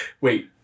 Wait